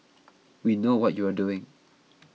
we know what you are doing